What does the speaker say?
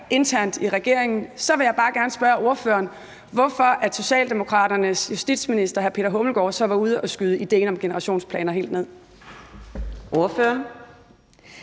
internt i regeringen, så vil jeg bare gerne spørge ordføreren, hvorfor den socialdemokratiske justitsminister så var ude at skyde idéen om generationsplaner helt ned. Kl.